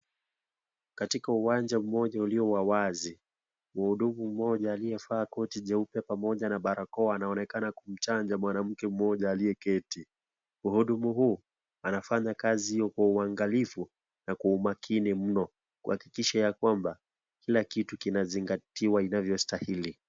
Katika uwanja mmoja ulio wa wazi, muhudumu mmoja aliyevaa koti nyeupe pamoja na barakoa, anaonekana kumchanja mwanamke mmoja aliyeketi. Muhudumu huu, anafanya kazi hiyo kwa uangalifu na kwa umakini mno. Kwakikisha ya kwamba, kila kitu kinazingatiwa inavyostahili.